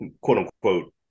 quote-unquote